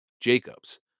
Jacob's